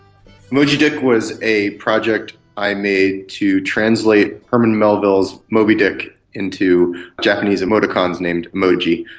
emoji dick was a project i made to translate herman melville's moby dick into japanese emoticons named emoji.